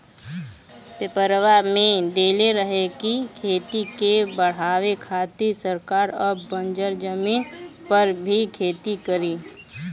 पेपरवा में देले रहे की खेती के बढ़ावे खातिर सरकार अब बंजर जमीन पर भी खेती करी